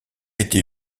été